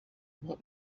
what